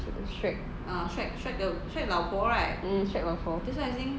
shrek mm shrek 老婆